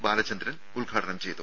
ബാലചന്ദ്രൻ ഉദ്ഘാടനം ചെയ്തു